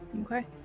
Okay